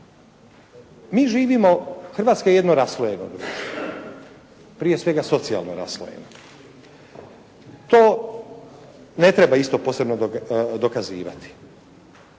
Mi živimo, Hrvatska je jedno raslojeno društvo, prije svega socijalno-raslojeno. To ne treba isto posebno dokazivati.